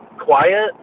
quiet